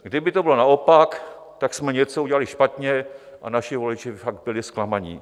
Kdyby to bylo naopak, tak jsme něco udělali špatně a naši voliči by fakt byli zklamaní.